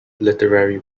literary